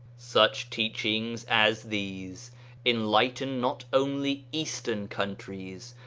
such teachings as these enlighten not only eastern countries,